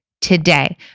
today